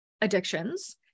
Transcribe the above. addictions